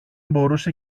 μπορούσε